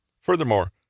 Furthermore